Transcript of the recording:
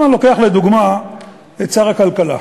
אם אני לוקח לדוגמה את שר הכלכלה,